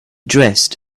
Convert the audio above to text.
dressed